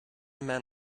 man